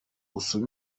mugiye